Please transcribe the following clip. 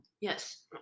Yes